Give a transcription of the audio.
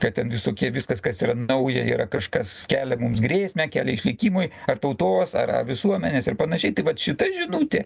kad ten visokie viskas kas yra nauja yra kažkas kelia mums grėsmę kelia išlikimui ar tautos ar ar visuomenės ir panašiai tai vat šita žinutė